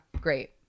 great